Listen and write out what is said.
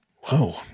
Whoa